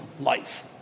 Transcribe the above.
life